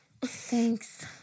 Thanks